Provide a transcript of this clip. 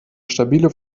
stabile